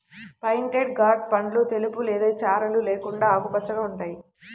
pointed gourd పండ్లు తెలుపు లేదా చారలు లేకుండా ఆకుపచ్చగా ఉంటాయి